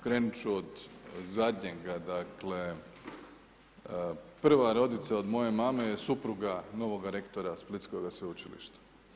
Krenut ću od zadnjeg, dakle prva rodica od moje mame je supruga novoga rektora Splitskoga sveučilišta.